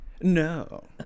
No